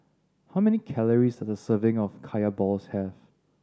how many calories does a serving of Kaya balls have